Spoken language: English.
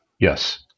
Yes